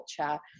culture